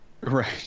Right